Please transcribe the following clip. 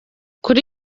kuri